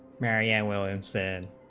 marianne williams said